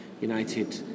United